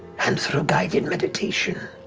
and through guided meditation,